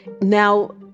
now